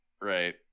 Right